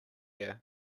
air